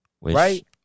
Right